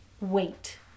wait